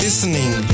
Listening